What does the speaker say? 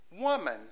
Woman